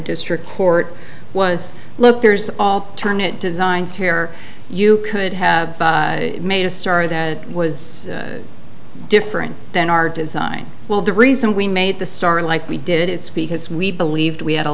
district court was look there's all turn it designs here or you could have made a star that was different than our design well the reason we made the star like we did is because we believed we had a